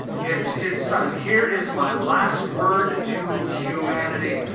it's his son. here is my last word to humanity,